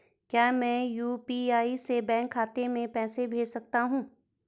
क्या मैं यु.पी.आई से बैंक खाते में पैसे भेज सकता हूँ?